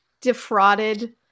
defrauded